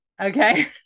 Okay